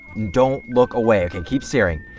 don't look away, you can keep staring.